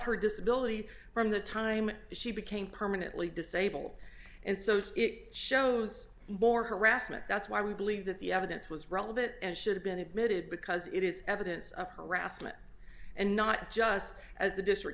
her disability from the time she became permanently disabled and so it shows more harassment that's why we believe that the evidence was relevant and should have been admitted because it is evidence of harassment and not just at the district